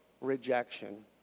rejection